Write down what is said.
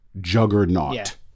juggernaut